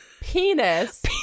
penis